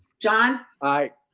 john. i.